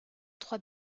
trois